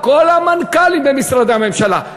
כל המנכ"לים במשרדי הממשלה,